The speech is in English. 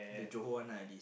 the Johor one lah at least